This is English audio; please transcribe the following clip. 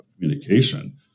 communication